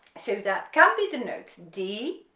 so that can be the notes d,